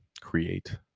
Create